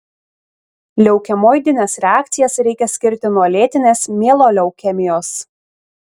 leukemoidines reakcijas reikia skirti nuo lėtinės mieloleukemijos